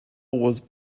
was